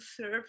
serve